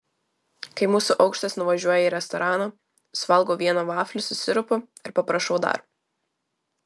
kai mūsų aukštas nuvažiuoja į restoraną suvalgau vieną vaflį su sirupu ir paprašau dar